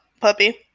puppy